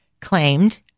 claimed